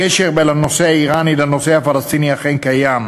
הקשר בין הנושא האיראני לנושא הפלסטיני אכן קיים: